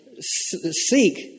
Seek